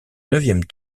neuvième